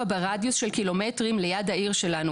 ברדיוס של קילומטרים ליד העיר שלנו,